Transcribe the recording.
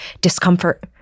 discomfort